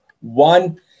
one